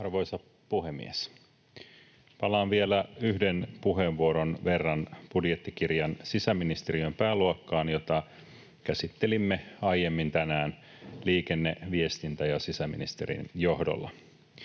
Arvoisa puhemies! Palaan vielä yhden puheenvuoron verran budjettikirjan sisäministeriön pääluokkaan, jota käsittelimme aiemmin tänään liikenne‑, viestintä‑ ja sisäministerin johdolla.